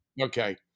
Okay